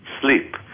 sleep